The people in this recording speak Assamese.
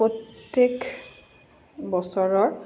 প্ৰত্যেক বছৰৰ